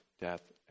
death